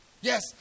yes